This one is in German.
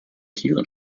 tieren